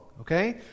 okay